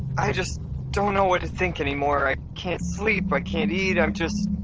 i just don't know what to think anymore, i can't sleep, i can't eat, i'm just.